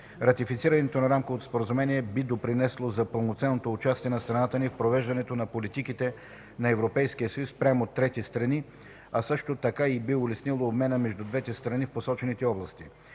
Ратифицирането на Рамковото споразумение би допринесло за пълноценното участие на страната ни в провеждането на политиките на Европейския съюз спрямо трети страни, а също така и би улеснило обмена между двете страни в посочените области.